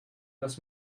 das